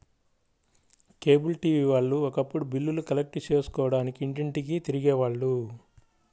cable TV వాళ్ళు ఒకప్పుడు బిల్లులు కలెక్ట్ చేసుకోడానికి ఇంటింటికీ తిరిగే వాళ్ళు